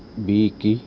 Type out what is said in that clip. ਵੀਹ ਇੱਕੀ